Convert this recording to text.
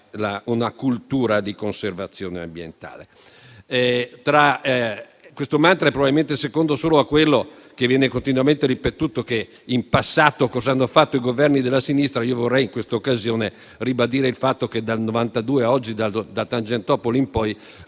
una cultura di conservazione ambientale. Questo mantra è probabilmente secondo solo a quello che viene continuamente ripetuto, per cui ci si domanda in passato cosa abbiano fatto i Governi della sinistra. Ma io vorrei in questa occasione ribadire il fatto che dal 1992, ovvero da Tangentopoli in poi,